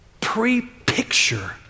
pre-picture